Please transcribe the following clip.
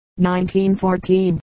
1914